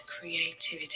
creativity